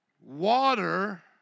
Water